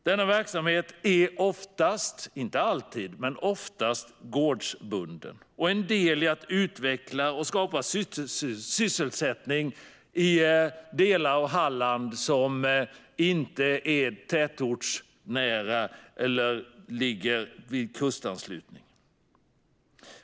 Denna verksamhet är oftast, men inte alltid, gårdsbunden och en del i att utveckla och skapa sysselsättning i delar av Halland som inte är tätortsnära eller som inte ligger vid kusten.